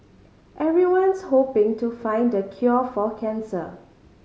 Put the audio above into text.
everyone's hoping to find the cure for cancer